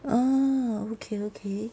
orh okay okay